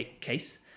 case